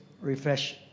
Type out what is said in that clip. refresh